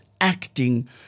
acting